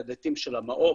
בהיבטים של המעוף,